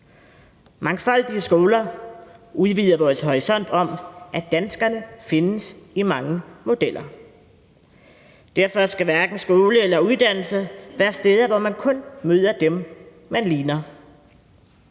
Mangfoldige skoler udvider vores horisont om, at danskerne findes i mange modeller. Derfor skal hverken skoler eller uddannelser være steder, hvor man kun møder dem, man ligner.